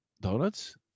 donuts